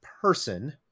person